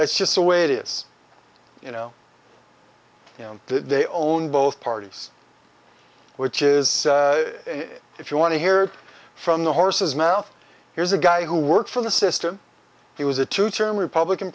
there's just the way it is you know they own both parties which is if you want to hear from the horse's mouth here's a guy who works for the system he was a two term republican